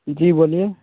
जी बोलिए